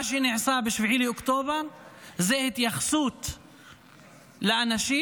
מה שנעשה ב-7 באוקטובר זה התייחסות לאנשים,